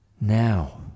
Now